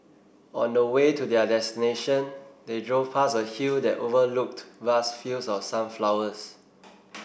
on the way to their destination they drove past a hill that overlooked vast fields of sunflowers